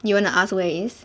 you want to ask where it is